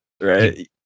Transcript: right